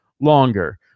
longer